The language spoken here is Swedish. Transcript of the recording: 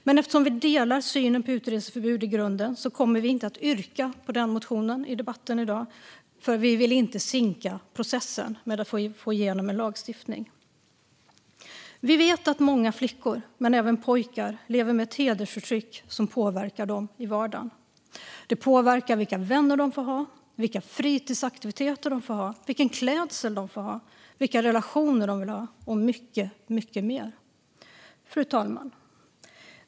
Men eftersom vi i grunden delar synen på utreseförbud kommer vi inte att yrka bifall till den motionen i debatten i dag. Vi vill nämligen inte sinka processen med att få igenom en lagstiftning. Vi vet att många flickor men även pojkar lever med ett hedersförtryck som påverkar dem i vardagen. Det påverkar vilka vänner de får ha, vilka fritidsaktiviteter de får ha, vilken klädsel de får ha, vilka relationer de får ha och mycket mer. Fru talman!